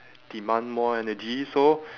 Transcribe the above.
demand more energy so